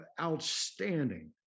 Outstanding